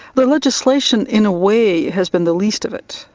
the legislation in a way has been the least of it,